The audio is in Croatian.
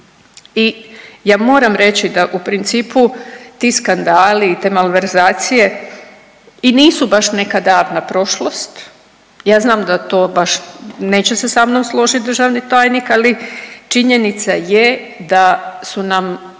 I ja moram reći da u principu ti skandali i te malverzacije i nisu baš neka davna prošlost. Ja znam da to baš neće se sa mnom složiti državni tajnik, ali činjenica je da su nam